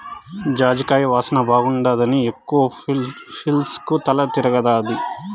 జాజికాయ వాసన బాగుండాదని ఎక్కవ పీల్సకు తల తిరగతాది